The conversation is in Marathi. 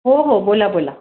हो हो बोला बोला